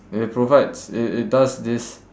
it provides it it does this